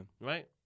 right